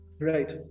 Right